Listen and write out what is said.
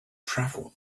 travel